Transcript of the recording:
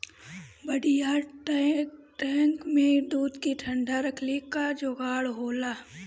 बड़ियार टैंकर में दूध के ठंडा रखले क जोगाड़ होला